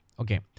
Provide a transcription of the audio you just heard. okay